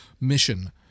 mission